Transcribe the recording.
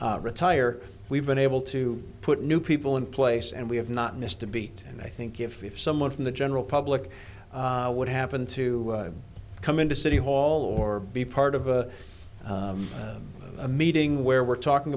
retire we've been able to put new people in place and we have not missed a beat and i think if someone from the general public would happen to come in to city hall or be part of a meeting where we're talking